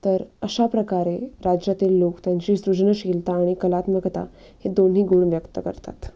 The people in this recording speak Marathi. तर अशा प्रकारे राज्यातील लोक त्यांची सृजनशीलता आणि कलात्मकता हे दोन्ही गुण व्यक्त करतात